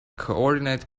coordinate